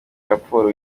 raporo